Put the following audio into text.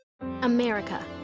America